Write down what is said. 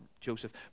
Joseph